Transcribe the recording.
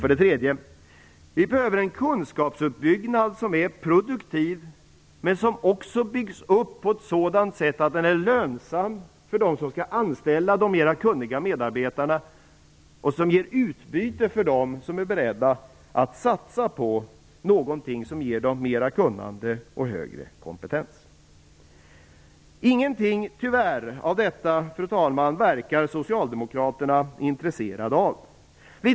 För det tredje behövs en kunskapsuppbyggnad som är produktiv och som byggs upp på ett sådant sätt att den blir lönsam för dem som skall anställa mera kunniga medarbetare och som ger dem ett utbyte som är beredda att satsa på något som ger dem mera kunnande och högre kompetens. Tyvärr verkar Socialdemokraterna inte vara intresserade av någonting av detta.